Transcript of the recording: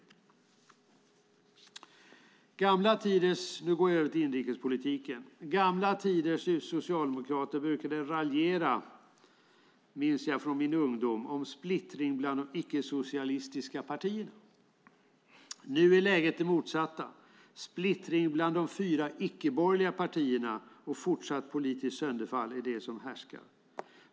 Nu går jag över till inrikespolitiken. Gamla tiders socialdemokrater brukade raljera, minns jag från min ungdom, om splittring bland de icke-socialistiska partierna. Nu är läget det motsatta. Splittring bland de fyra icke-borgerliga partierna samt fortsatt politiskt sönderfall är det som nu härskar.